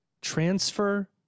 Transfer